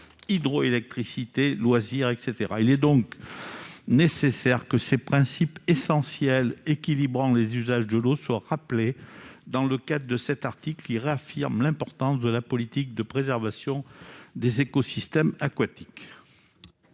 hydroélectricité loisirs etc, il est donc nécessaire que ces principes essentiels équilibrant les usages de l'eau rappeler dans le cas de cet article qui réaffirme l'importance de la politique de préservation des écosystèmes aquatiques.